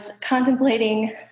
contemplating